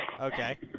Okay